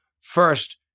First